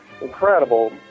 incredible